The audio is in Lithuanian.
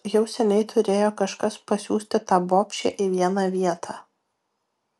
jau seniai turėjo kažkas pasiųsti tą bobšę į vieną vietą